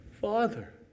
Father